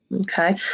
Okay